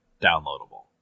downloadable